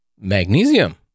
magnesium